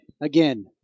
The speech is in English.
Again